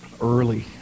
early